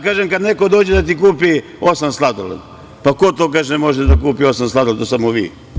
Kažem - šta kada neko dođe da ti kupi osam sladoleda, pa ko to, kaže, može da kupi osam sladoleda, nego samo vi.